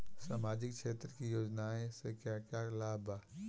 सामाजिक क्षेत्र की योजनाएं से क्या क्या लाभ है?